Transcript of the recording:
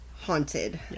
haunted